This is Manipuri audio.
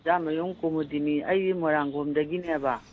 ꯈꯨꯟꯖꯥꯃꯌꯨꯝ ꯀꯨꯃꯨꯗꯤꯅꯤ ꯑꯩ ꯃꯣꯏꯔꯥꯡꯈꯣꯝꯗꯒꯤꯅꯦꯕ